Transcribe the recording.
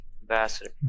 Ambassador